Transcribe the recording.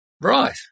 Right